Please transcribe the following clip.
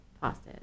pasta